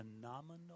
phenomenal